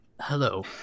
Hello